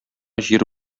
җир